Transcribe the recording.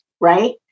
Right